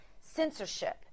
censorship